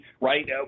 right